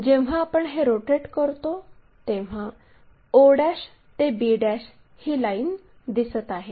जेव्हा आपण हे रोटेट करतो तेव्हा o ते b ही लाईन दिसत आहे